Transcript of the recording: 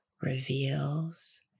reveals